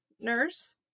nurse